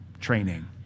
training